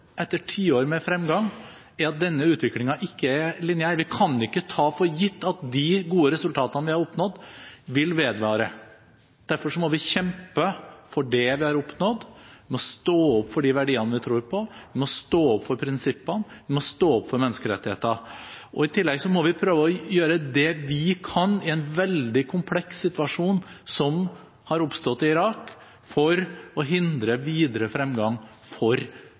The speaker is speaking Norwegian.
med fremgang, er at denne utviklingen ikke er lineær. Vi kan ikke ta for gitt at de gode resultatene vi har oppnådd, vil vedvare. Derfor må vi kjempe for det vi har oppnådd, vi må stå opp for de verdiene vi tror på, vi må stå opp for prinsippene, vi må stå opp for menneskerettigheter. I tillegg må vi prøve å gjøre det vi kan – i en veldig kompleks situasjon som har oppstått i Irak – for å hindre videre fremgang for